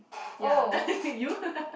ya you